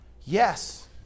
Yes